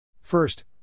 First